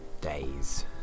days